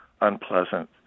unpleasant